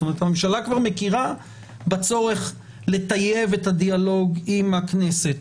זאת אומרת הממשלה כבר מכירה בצורך לטייב את הדיאלוג עם הכנסת.